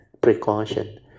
precaution